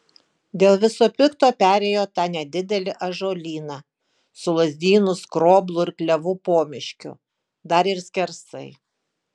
dėl viso pikto perėjo tą nedidelį ąžuolyną su lazdynų skroblų ir klevų pomiškiu dar ir skersai